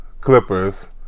Clippers